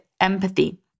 empathy